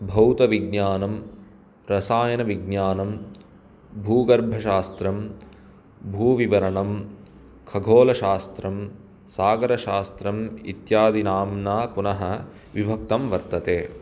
भौतविज्ञानं रसायनविज्ञानं भूगर्भशास्त्रं भूविवरणं खगोलशास्त्रं सागरशास्त्रम् इत्यादिनाम्ना पुनः विभक्तं वर्तते